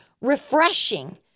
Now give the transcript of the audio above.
refreshing